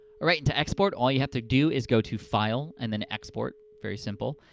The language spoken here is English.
right, and to export, all you have to do is go to file, and then export, very simple.